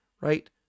right